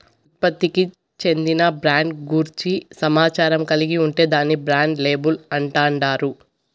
ఉత్పత్తికి చెందిన బ్రాండ్ గూర్చి సమాచారం కలిగి ఉంటే దాన్ని బ్రాండ్ లేబుల్ అంటాండారు